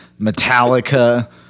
Metallica